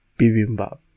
bibimbap